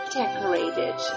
decorated